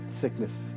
sickness